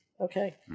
Okay